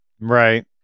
Right